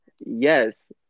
Yes